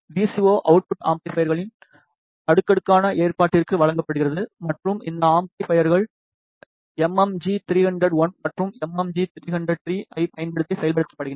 we C O output அம்பிளிபைர்களின் அடுக்கடுக்கான ஏற்பாட்டிற்கு வழங்கப்படுகிறது மற்றும் இந்த அம்பிளிபைர்கள் எம் எம் ஜி300 1 மற்றும் எம் எம் ஜி3003 ஐப் பயன்படுத்தி செயல்படுத்தப்படுகின்றன